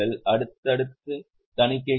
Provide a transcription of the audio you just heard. அடுத்தது தணிக்கைக் குழு